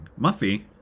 Muffy